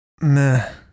meh